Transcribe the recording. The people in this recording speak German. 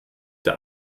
der